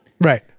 Right